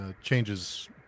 changes